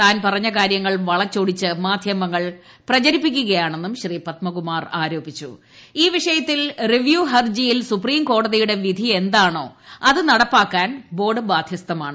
താൻ പറഞ്ഞ കാര്യിങ്ങൾ വളച്ചൊടിച്ച് മാധ്യമങ്ങൾ പ്രചരിപ്പിക്കുകയാണെന്നും വിഷയത്തിൽ റിവ്യൂ ഹർജ്ജിയിൽ സുപ്രിം കോടതിയുടെ വിധി എന്താണോ അത് നടപ്പാക്കാൻ ബ്ബോർഡ് ബാധ്യസ്ഥമാണ്